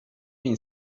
این